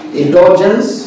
indulgence